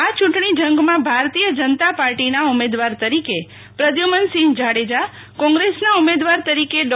આ યૂંટણી જંગમાં ભારતીય જનતા પાર્ટીના ઉમેદવાર તરીકે પ્રદ્યુમનસિંહ જાડેજા કોંગ્રેસના ઉમેદવાર તરીકે ડો